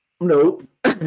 nope